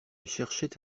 cherchait